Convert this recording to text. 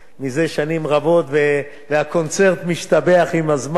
מזה שנים רבות והקונצרט משתבח עם הזמן,